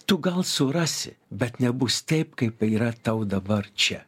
tu gal surasi bet nebus taip kaip yra tau dabar čia